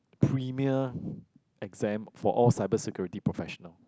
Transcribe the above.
premier exam for all cyber security professional